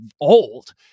old